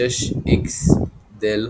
(46Xdel(X.